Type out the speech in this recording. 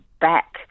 back